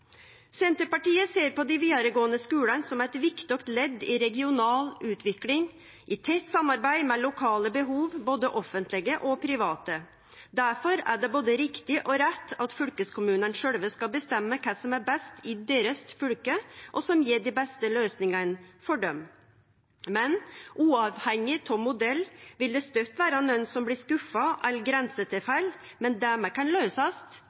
Senterpartiet ser på dei vidaregåande skulane som eit viktig ledd i regional utvikling, i tett samarbeid med lokale behov, både offentlege og private. Difor er det både riktig og rett at fylkeskommunane sjølve skal bestemme kva som er best i fylket deira, og som gjev dei beste løysingane for dei. Men uavhengig av modell vil det støtt vere nokon som blir skuffa, eller grensetilfelle, men det òg kan løysast